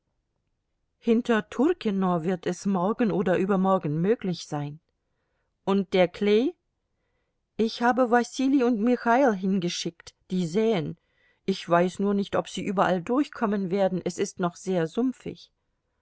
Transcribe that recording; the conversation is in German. hinter turkino wird es morgen oder übermorgen möglich sein und der klee ich habe wasili und michail hingeschickt die säen ich weiß nur nicht ob sie überall durchkommen werden es ist noch sehr sumpfig